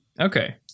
Okay